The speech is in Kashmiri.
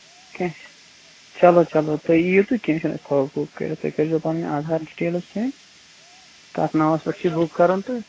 کیٚنٛہہ چھُ چلو چلو تُہۍ یو تہٕ کیٚنٛہہ چھُنہٕ أسۍ تھاوَو بُک کٔرِتھ تُہۍ کٔرۍزیٚو پَنٕنۍ آدھار ڈِٹیلٕز سینٛڈ کَتھ ناوَس پیٚٹھ چھُ یہِ بُک کَرُن تہٕ